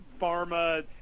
pharma